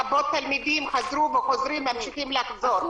תלמידים רבים חזרו וחוזרים וממשיכים לחזור.